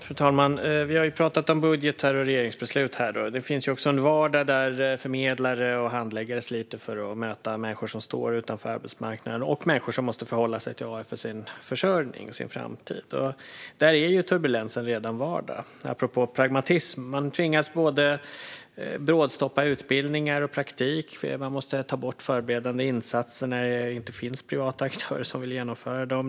Fru talman! Vi har ju talat om budgetar och regeringsbeslut här. Det finns också en vardag där förmedlare och handläggare sliter för att möta människor som står utanför arbetsmarknaden och människor som måste förhålla sig till AF för sin försörjning och sin framtid. Där är ju turbulensen redan vardag. Apropå pragmatism tvingas man att brådstoppa både utbildningar och praktik, och man måste ta bort förberedande insatser när det inte finns privata aktörer som vill genomföra dem.